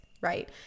Right